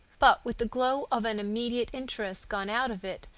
but, with the glow of an immediate interest gone out of it,